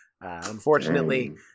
unfortunately